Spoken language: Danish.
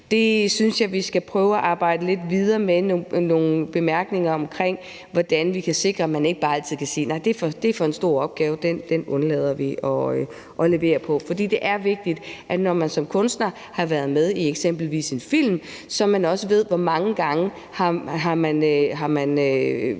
Der synes jeg, vi skal prøve at arbejde lidt videre med nogle bemærkninger omkring, hvordan vi kan sikre, at man ikke bare altid kan sige: Nej, det er for stor en opgave – den undlader vi at levere på. For det er vigtigt, når man som kunstner har været med i eksempelvis en film, så man også ved, hvor mange gange andre